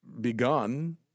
begun